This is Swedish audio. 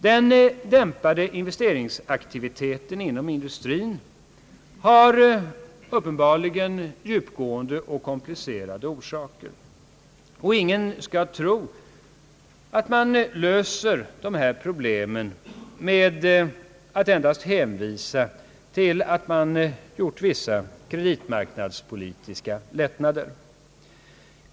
Den dämpade investeringsaktiviteten inom industrin har uppenbarligen djup gående och komplicerade orsaker. Ingen skall tro att man löser de här problemen genom att endast hänvisa till att man genomfört vissa kreditmarknadspolitiska lättnader.